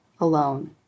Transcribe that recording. alone